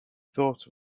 thought